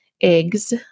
eggs